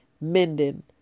mending